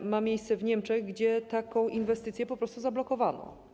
ma miejsce w Niemczech, gdzie taką inwestycję po prostu zablokowano.